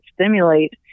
stimulate